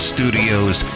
Studios